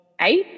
eight